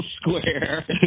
square